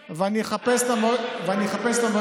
כי כשאני מסתכל באמת ואני עושה דיונים,